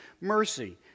mercy